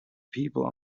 people